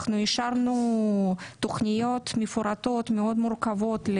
אנחנו אישרנו תוכניות מפורטות מאוד מורכבות.